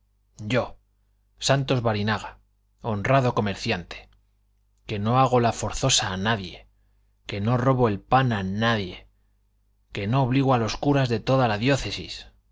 yo santos barinaga honrado comerciante que no hago la forzosa a nadie que no robo el pan a nadie que no obligo a los curas de toda la diócesis